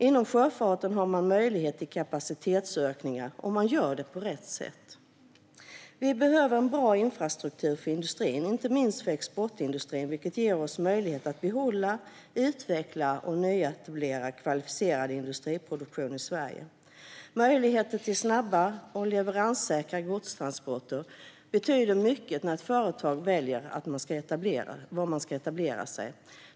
Inom sjöfarten har man har möjlighet till kapacitetsökningar om man gör det på rätt sätt. Vi behöver en bra infrastruktur för industrin och inte minst för exportindustrin, vilket ger oss möjlighet att behålla, utveckla och nyetablera kvalificerad industriproduktion i Sverige. Möjligheter till snabba och leveranssäkra godstransporter betyder mycket när ett företag väljer var det ska etablera sig.